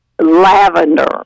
lavender